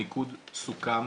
הניקוד סוכם.